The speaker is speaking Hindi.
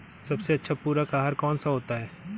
सबसे अच्छा पूरक आहार कौन सा होता है?